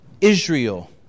Israel